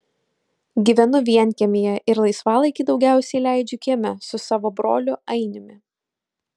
gyvenu vienkiemyje ir laisvalaikį daugiausiai leidžiu kieme su savo broliu ainiumi